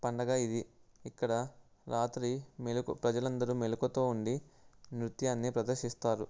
పండగ ఇది ఇక్కడ రాత్రి మెలుక ప్రజలందరూ మెలుకువతో ఉండి నృత్యాన్ని ప్రదర్శిస్తారు